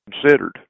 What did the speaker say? considered